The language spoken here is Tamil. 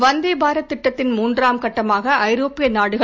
வந்தே பாரத் திட்டத்தின் மூன்றாம் கட்டமாக ஐரோப்பிய நாடுகள்